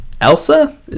Elsa